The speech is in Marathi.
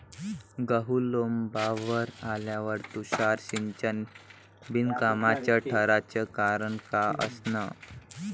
गहू लोम्बावर आल्यावर तुषार सिंचन बिनकामाचं ठराचं कारन का असन?